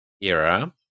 era